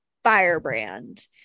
Firebrand